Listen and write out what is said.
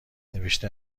نوشته